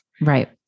Right